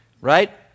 right